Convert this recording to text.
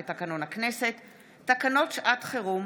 לתקנון הכנסת, תקנות שעת חירום